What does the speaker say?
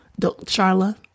Charla